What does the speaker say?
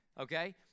okay